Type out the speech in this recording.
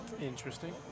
Interesting